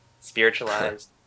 spiritualized